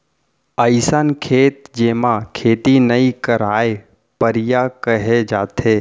अइसन खेत जेमा खेती नइ करयँ परिया कहे जाथे